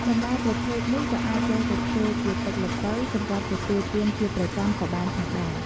បន្លែប្រភេទនេះក៏អាចយកទៅធ្វើជាទឹកល្ពៅ សម្រាប់ទទួលទានជាប្រចាំក៏បានផងដែរ។